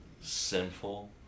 Sinful